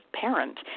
parent